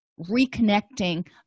reconnecting